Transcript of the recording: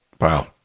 Wow